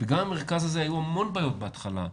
גם במרכז הזה היו המון בעיות בהתחלה,